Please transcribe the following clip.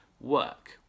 work